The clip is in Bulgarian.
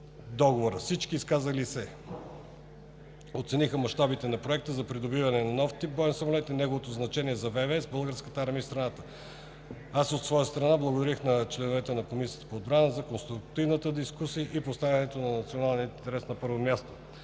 в пакета. Всички изказали се оцениха мащабите на проекта за придобиване на нов тип боен самолет и неговото значение за ВВС, Българската армия и страната. От своя страна, благодарих на членовете на Комисията по отбрана за конструктивната дискусия и поставянето на националния интерес на първо място.